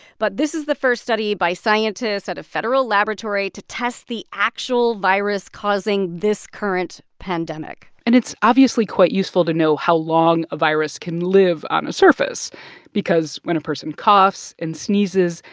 but this is the first study by scientists at a federal laboratory to test the actual virus causing this current pandemic and it's obviously quite useful to know how long a virus can live on a surface because when a person coughs and sneezes,